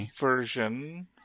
version